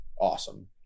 awesome